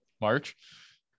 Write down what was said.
March